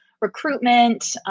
recruitment